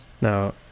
No